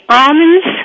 almonds